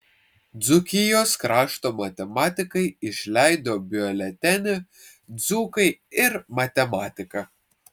dzūkijos krašto matematikai išleido biuletenį dzūkai ir matematika